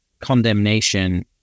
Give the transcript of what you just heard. condemnation